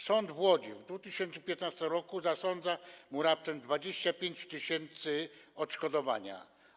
Sąd w Łodzi w 2015 r. zasądza mu raptem 25 tys. odszkodowania.